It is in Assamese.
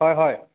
হয় হয়